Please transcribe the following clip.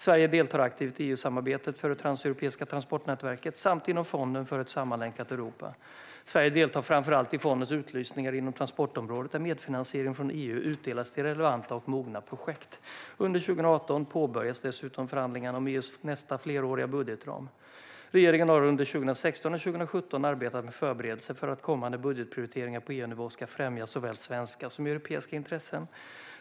Sverige deltar aktivt i EU-samarbetet för det transeuropeiska transportnätet och inom Fonden för ett sammanlänkat Europa. Sverige deltar framför allt i fondens utlysningar inom transportområdet där medfinansiering från EU utdelas till relevanta och mogna projekt. Under 2018 påbörjas dessutom förhandlingarna om EU:s nästa fleråriga budgetram. Regeringen har under 2016 och 2017 arbetat med förberedelser för att kommande budgetprioriteringar på EU-nivå ska främja såväl svenska som europeiska intressen.